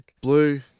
blue